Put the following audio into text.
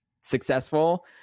successful